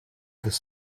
this